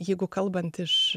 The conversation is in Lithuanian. jeigu kalbant iš